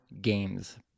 games